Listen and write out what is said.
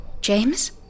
James